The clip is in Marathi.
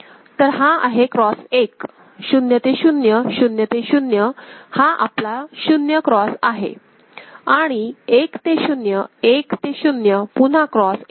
तर हा आहे क्रॉस 1 0 ते 0 0 ते 0 हा आपला 0 क्रॉस आहे आणि 1 ते 0 1 ते 0 पुन्हा क्रॉस 1